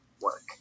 work